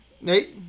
Nate